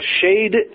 shade